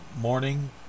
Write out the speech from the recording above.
morning